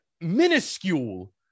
minuscule